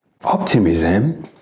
Optimism